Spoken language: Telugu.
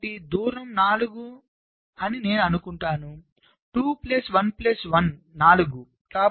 కాబట్టి దూరం 4 నేను అనుకుంటున్నాను 2 ప్లస్ 1 ప్లస్ 1 4